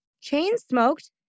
chain-smoked